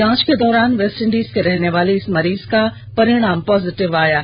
जांच के दौरान वेस्टइंडिज के रहने वाले इस मरीज का परिणाम पॉजिटिव आया है